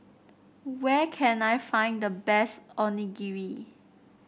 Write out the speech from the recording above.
where can I find the best Onigiri